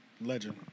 Legend